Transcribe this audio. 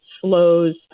slows